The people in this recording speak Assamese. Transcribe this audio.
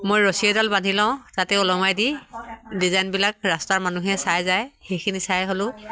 মই ৰছী এডাল বান্ধি লওঁ তাতে উলমাই দি ডিজাইনবিলাক ৰাস্তাৰ মানুহে চাই যায় সেইখিনি চাই হ'লেও